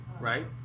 right